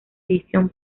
edición